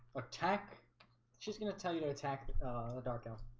attack she's gonna. tell you to attack the dark out